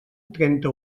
trenta